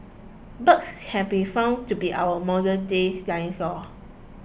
birds have been found to be our modernday dinosaurs